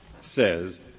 says